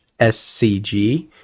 scg